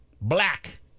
Black